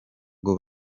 ngo